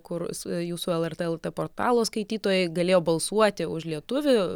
kur jūsų lrt lt portalo skaitytojai galėjo balsuoti už lietuvį